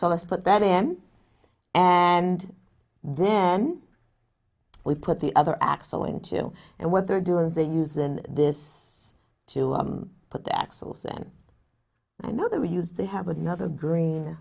so let's put that in and then we put the other axle into and what they're doing is in use in this to put the axles in and i know that we use they have another green